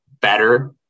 better